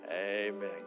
Amen